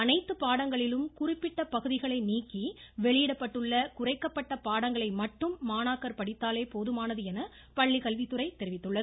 அனைத்துப் பாடங்களிலும் குறிப்பிட்ட பகுதிகளை நீக்கி வெளியிடப்பட்டுள்ள குறைக்கப்பட்ட பாடங்களை மட்டும் மாணாக்கர் படித்தாலே போதுமானது என பள்ளிக்கல்வித்துறை தெரிவித்துள்ளது